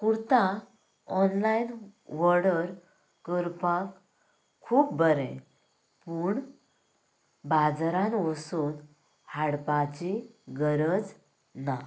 kurta online order करपाक खूब बरें पूण बाजरान वसून हाडपाची गरज ना